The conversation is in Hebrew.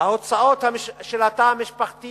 ההוצאות של התא המשפחתי